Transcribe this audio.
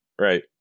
Right